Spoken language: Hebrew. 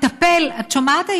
את שומעת,